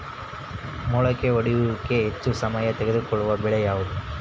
ಮೊಳಕೆ ಒಡೆಯುವಿಕೆಗೆ ಹೆಚ್ಚು ಸಮಯ ತೆಗೆದುಕೊಳ್ಳುವ ಬೆಳೆ ಯಾವುದು?